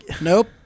Nope